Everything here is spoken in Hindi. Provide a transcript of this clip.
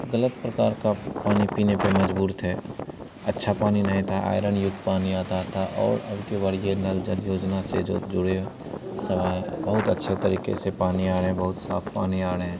ग़लत प्रकार का पानी पीने पर मजबूर थे अच्छा पानी नहीं था आयरन युक्त पानी आता था औड़ अब के बार यह नल जल योजना से जो जुड़े सब हैं बहुत अच्छे तरीक़ए से पानी आ रहा बहुत साफ पानी आ रएँ हैं